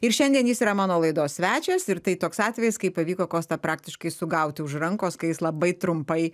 ir šiandien jis yra mano laidos svečias ir tai toks atvejis kai pavyko kostą praktiškai sugauti už rankos kai jis labai trumpai